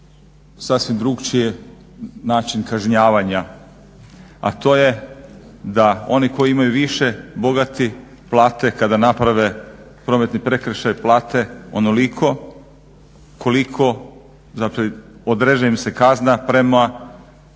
sasvim drukčiji način kažnjavanja, a to je da oni koji imaju više, bogati plate kada naprave prometni prekršaj, plate onoliko koliko, zapravo određuje im se kazna prema